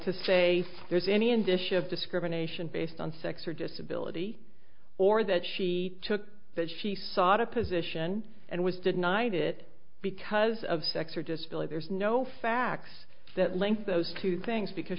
to say there's any and issue of discrimination based on sex or disability or that she took that she sought a position and was denied it because of sex or disability there's no facts that link those two things because